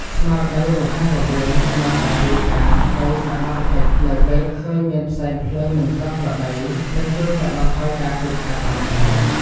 ស្មារតីរហ័សរហួនក្នុងការរាយការណ៍ទៅសមត្ថកិច្ចនៅពេលឃើញមានផ្សែងភ្លើងមិនប្រក្រតីនឹងជួយកាត់បន្ថយការខូចខាតបានច្រើន។